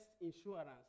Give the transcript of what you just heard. insurance